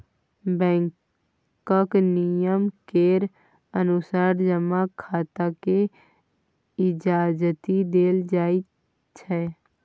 बैंकक नियम केर अनुसार जमा खाताकेँ इजाजति देल जाइत छै